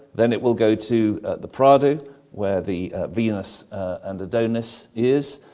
then it will go to the prado where the venus and adonis is.